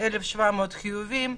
1,700 חיוביים.